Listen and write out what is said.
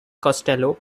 costello